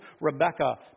Rebecca